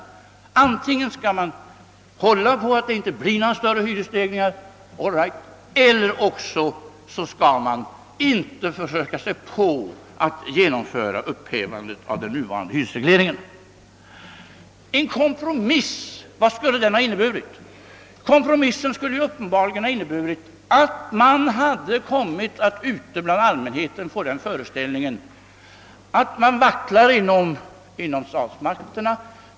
Antingen skall man hålla på att det inte blir några större hyresstegringar all right — eller också skall man inte försöka sig på att genomföra upphävandet av den nuvarande hyresregleringen. Vad skulle en kompromiss ha inneburit? Jo, uppenbarligen att allmänheten hade fått den föreställningen att statsmakterna vacklar.